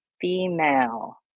female